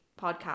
podcast